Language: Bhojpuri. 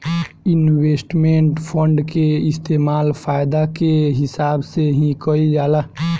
इन्वेस्टमेंट फंड के इस्तेमाल फायदा के हिसाब से ही कईल जाला